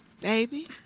baby